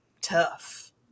tough